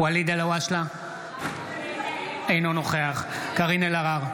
אלהואשלה, אינו נוכח קארין אלהרר,